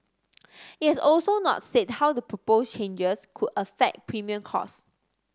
it has also not said how the proposed changes could affect premium costs